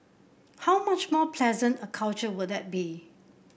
how much more pleasant a culture would that be